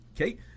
Okay